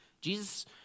Jesus